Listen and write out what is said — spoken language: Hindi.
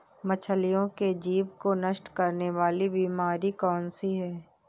मछलियों के जीभ को नष्ट करने वाली बीमारी कौन सी है?